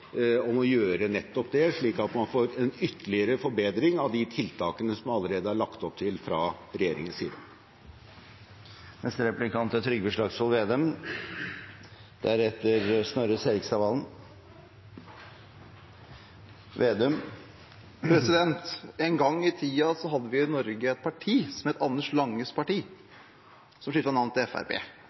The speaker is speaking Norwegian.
om å gjøre nettopp det, slik at man får en ytterligere forbedring av de tiltakene som det allerede er lagt opp til fra regjeringens side. En gang i tiden hadde vi i Norge et parti som het Anders Langes Parti, og som skiftet navn til